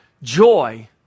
Joy